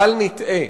בל נטעה,